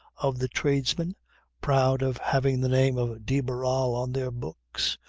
of the tradesmen proud of having the name of de barral on their books,